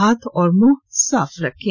हाथ और मुंह साफ रखें